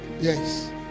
Yes